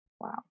Wow